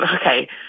Okay